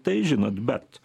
tai žinot bet